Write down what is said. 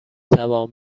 توان